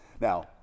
now